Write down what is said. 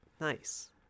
nice